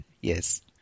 Yes